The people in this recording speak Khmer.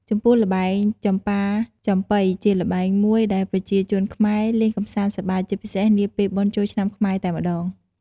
ចំពោះល្បែងចំប៉ាចំប៉ី ជាល្បែងមួយដែលប្រជាជនខ្មែរលេងកម្សាន្តសប្បាយ ជាពិសេសនាពេលបុណ្យចូលឆ្នាំខ្មែរតែម្ដង។